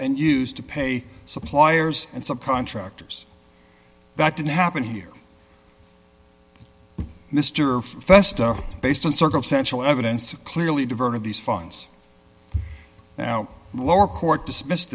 and used to pay suppliers and subcontractors that didn't happen here mr fester based on circumstantial evidence to clearly diverted these funds now lower court dismiss